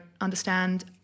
understand